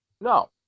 no